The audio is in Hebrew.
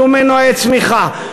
שום מנועי צמיחה,